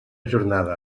jornada